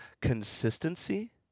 Consistency